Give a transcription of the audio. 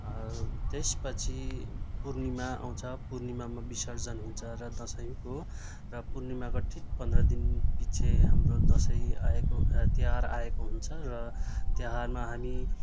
त्यसपछि पूर्णिमा आउँछ पूर्णिमामा बिसर्जन हुन्छ र दसैँको र पूर्णिमाको ठिक पन्ध्र दिनपछि हाम्रो दसैँ आएको ए तिहार आएको हुन्छ र तिहारमा हामी